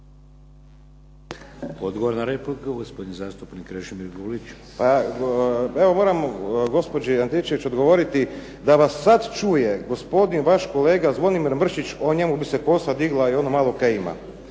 Odgovor na repliku, gospodin zastupnik Krešimir Gulić. **Gulić, Krešimir (HDZ)** Pa evo, moram gospođi Antičević odgovoriti da vas sad čuje gospodin vaš kolega Zvonimir Mršić, njemu bi se kosa digla i ono malo što ima.